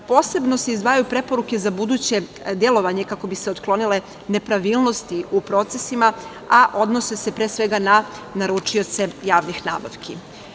Posebno se izdvajaju preporuke za buduće delovanje, kako bi se otklonile nepravilnosti u procesima, a odnose se pre svega na naručioce javnih nabavki.